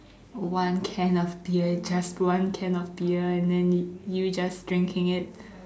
one can of beer it's just one can of beer and then you just drinking it